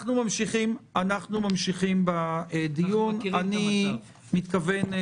אנחנו מכירים את המצב.